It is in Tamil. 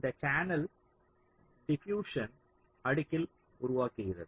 இந்த சேனல் டிபியுஸ்சன் அடுக்கில் உருவாகிறது